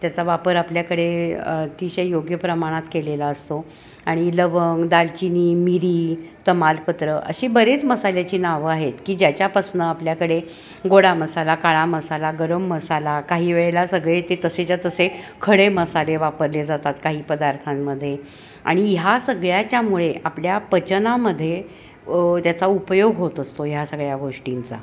त्याचा वापर आपल्याकडे अतिशय योग्य प्रमाणात केलेला असतो आणि लवंग दालचिनी मिरी तमालपत्र असे बरेच मसाल्याची नावं आहेत की ज्याच्यापासून आपल्याकडे गोडा मसाला काळा मसाला गरम मसाला काही वेळेला सगळे ते तसेच्या तसे खडे मसाले वापरले जातात काही पदार्थांमध्ये आणि ह्या सगळ्याच्यामुळे आपल्या पचनामध्ये त्याचा उपयोग होत असतो ह्या सगळ्या गोष्टींचा